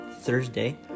thursday